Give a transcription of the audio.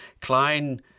Klein